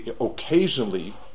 occasionally